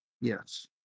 Yes